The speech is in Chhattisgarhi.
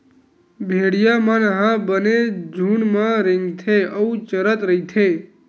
भेड़िया मन ह बने झूंड म रेंगथे अउ चरत रहिथे